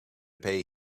pay